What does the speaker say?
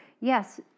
yes